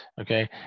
okay